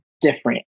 different